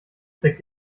trägt